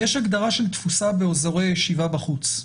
יש הגדרה של תפוסה באזורי ישיבה בחוץ,